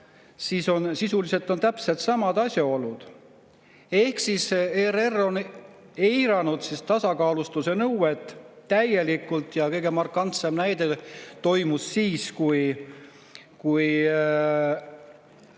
siis sisuliselt on täpselt samad asjaolud. ERR on eiranud tasakaalustatuse nõuet täielikult. Kõige markantsem näide toimus siis, kui